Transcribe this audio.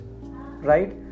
right